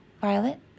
Violet